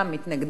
מתנגדים,